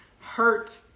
hurt